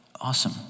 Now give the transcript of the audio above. Awesome